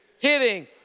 Hitting